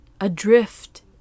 adrift